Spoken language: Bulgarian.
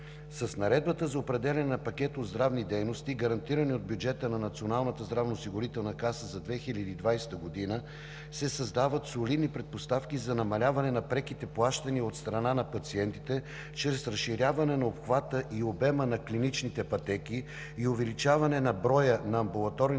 С Наредбата за определяне на пакет от здравни дейности, гарантирани от бюджета на Националната здравноосигурителна каса за 2020 г., се създават солидни предпоставки за намаляване на преките плащания от страна на пациентите, чрез разширяване на обхвата и обема на клиничните пътеки и увеличаване на броя на амбулаторните